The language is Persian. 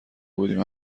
بودیم